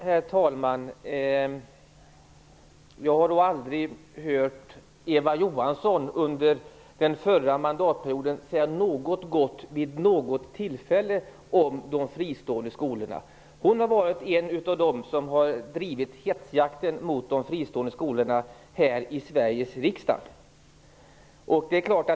Herr talman! Jag har då aldrig hört Eva Johansson vid något tillfälle under den förra mandatperioden säga något gott om de fristående skolorna. Hon har varit en av dem som drivit hetsjakten mot de fristående skolorna här i Sveriges riksdag.